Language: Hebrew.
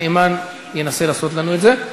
הנאמן, ינסה לעשות לנו את זה.